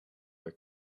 our